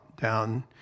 down